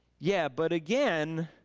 yeah, but again,